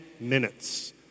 minutes